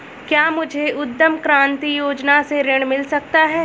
क्या मुझे उद्यम क्रांति योजना से ऋण मिल सकता है?